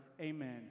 Amen